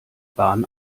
bahn